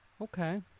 Okay